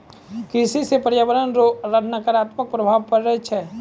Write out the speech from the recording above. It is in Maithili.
कृषि से प्रर्यावरण रो नकारात्मक प्रभाव पड़ै छै